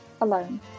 alone